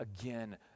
again